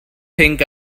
think